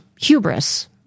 hubris